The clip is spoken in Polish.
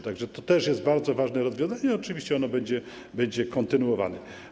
Tak że to też jest bardzo ważne rozwiązanie, oczywiście ono będzie kontynuowane.